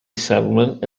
settlement